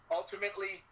ultimately